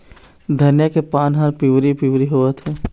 धनिया के पान हर पिवरी पीवरी होवथे?